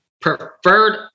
preferred